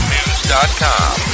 News.com